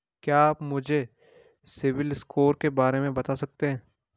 क्या आप मुझे सिबिल स्कोर के बारे में बता सकते हैं?